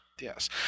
Yes